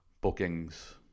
bookings